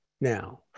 now